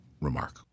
remark